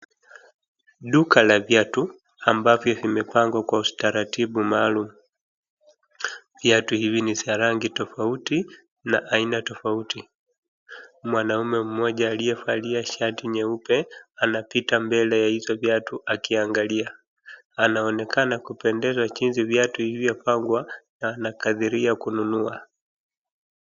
Duka la viatu ambavyo vimepangwa kwa utaratibu maalum, viatu hivi ni za rangi tofauti na aina tofauti. Mwanaume mmoja aliyevalia shati nyeupe anapita mbele ya hizo viatu akiangalia. Anaonekana kupendezwa na jinsi viatu vilivyopangwa na anakadiria kununua.